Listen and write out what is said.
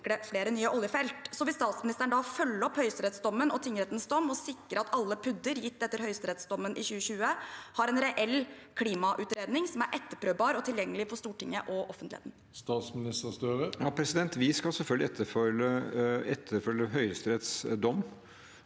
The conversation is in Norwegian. flere nye oljefelt. Vil statsministeren følge opp høyesterettsdommen og tingrettens dom og sikre at alle PUD-er gitt etter høyesterettsdommen i 2020, har en reell klimautredning som er etterprøvbar og tilgjengelig for Stortinget og offentligheten? Statsminister Jonas Gahr Støre Vi skal selvfølgelig etterfølge Høyesteretts dom.